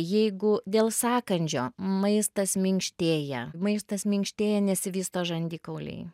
jeigu dėl sąkandžio maistas minkštėja maistas minkštėja nesivysto žandikauliai